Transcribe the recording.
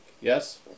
Yes